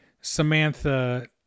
Samantha